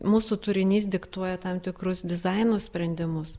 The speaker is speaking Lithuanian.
mūsų turinys diktuoja tam tikrus dizaino sprendimus